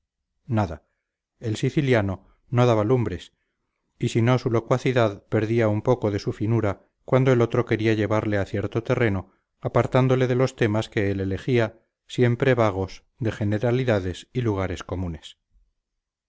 nada el siciliano no daba lumbres y si no su locuacidad perdía un poco de su finura cuando el otro quería llevarle a cierto terreno apartándole de los temas que él elegía siempre vagos de generalidades y lugares comunes